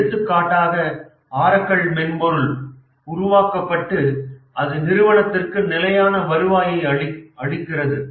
எடுத்துக்காட்டாக ஆரக்கிள் மென்பொருள் உருவாக்கப்பட்டு அது நிறுவனத்திற்கு நிலையான வருவாயை அளிக்கிறது